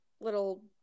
little